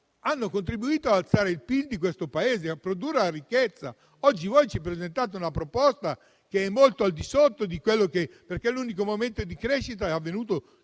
hanno contribuito ad alzare il PIL di questo Paese e a produrre ricchezza. Oggi ci presentate una proposta che è molto al di sotto, perché l'unico momento di crescita è avvenuto